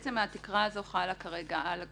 התקרה הזאת חלה כרגע על הגופים.